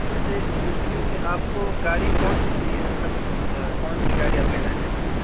वैसे इस्पेशली में आपको गाड़ी कौन सी चाहिए मतलब कौन सी गाड़ी आप लेना चाहते हैं